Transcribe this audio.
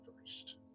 first